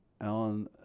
Alan